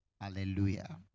Hallelujah